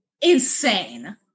insane